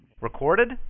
Recorded